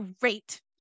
great